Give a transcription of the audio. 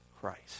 Christ